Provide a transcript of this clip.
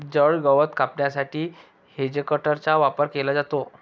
जड गवत कापण्यासाठी हेजकटरचा वापर केला जातो